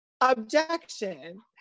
objection